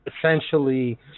essentially